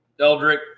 Eldrick